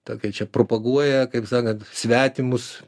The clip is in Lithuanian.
tokia čia propaguoja kaip sakant svetimus